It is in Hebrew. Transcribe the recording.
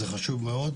זה חשוב מאוד.